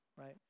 right